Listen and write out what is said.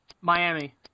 Miami